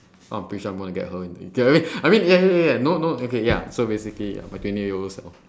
I'm pretty sure I'm gonna get her in I mean ya ya ya no no okay ya so basically ya my twenty year old self